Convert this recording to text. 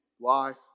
life